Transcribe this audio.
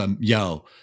yo